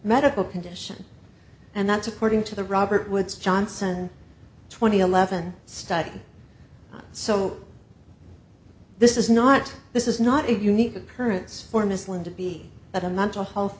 medical condition and that's according to the robert woods johnson twenty eleven study so this is not this is not a unique occurrence for ms linda b that a mental health